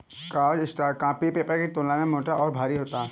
cardstock copy paper की तुलना में मोटा और भारी होता है